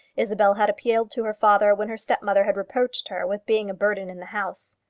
isabel had appealed to her father when her step-mother had reproached her with being a burden in the house.